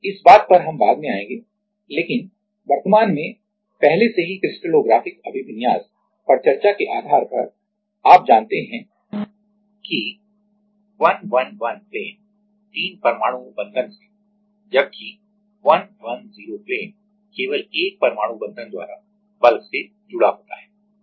इस पर हम बाद में आएंगे लेकिन वर्तमान में पहले से ही क्रिस्टलोग्राफिक अभिविन्यास पर चर्चा के आधार पर आप जानते हैं कि 111 प्लेन 3 परमाणु बंधन से जबकि 110 प्लेन केवल 1 परमाणु बंधन द्वारा बल्क bulk से जुड़ा होता है